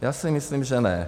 Já si myslím, že ne.